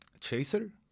Chaser